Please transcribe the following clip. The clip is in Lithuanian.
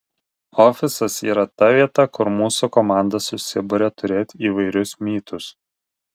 ofisas yra ta vieta kur mūsų komanda susiburia turėt įvairius mytus